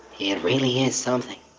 it really is something.